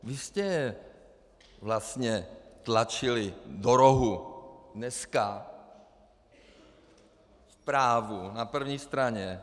Vy jste vlastně tlačili do rohu, dneska v Právu na první straně...